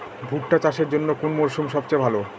ভুট্টা চাষের জন্যে কোন মরশুম সবচেয়ে ভালো?